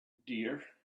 dear